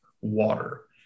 water